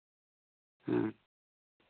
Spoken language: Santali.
ᱦᱮᱸ